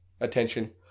attention